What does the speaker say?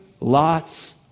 Lot's